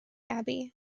abbey